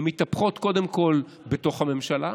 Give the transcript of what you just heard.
הן מתהפכות קודם כול בתוך הממשלה,